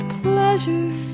pleasure